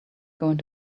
going